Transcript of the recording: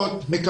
כן,